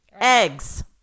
eggs